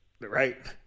right